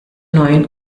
neuen